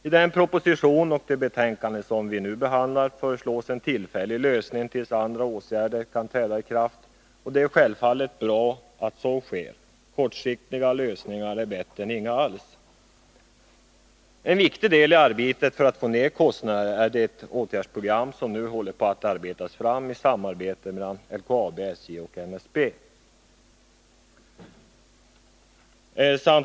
I den proposition och i det betänkande som vi nu behandlar föreslås en tillfällig lösning tills andra åtgärder kan vidtas, och det är självfallet bra att så sker — kortsiktiga lösningar är bättre än inga alls. En viktig del i arbetet för att få ned kostnaderna är det åtgärdsprogram som nu håller på att arbetas fram i samarbete mellan LKAB, SJ och NSB.